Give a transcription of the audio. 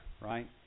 right